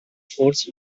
force